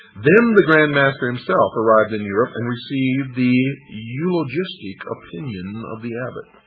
then the grand master himself arrived in europe, and received the eulogistic opinion of the abbot